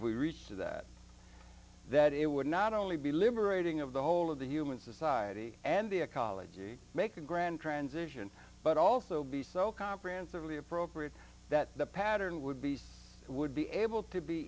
we reach that that it would not only be liberating of the whole of the human society and the ecology make a grand transition but also be so comprehensively appropriate that the pattern would be would be able to be